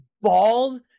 bald